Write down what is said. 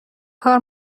کار